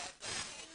ועדיין